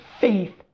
faith